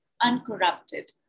uncorrupted